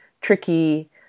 tricky